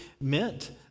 meant